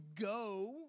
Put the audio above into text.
go